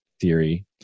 Theory